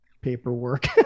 paperwork